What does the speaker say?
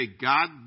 God